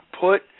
put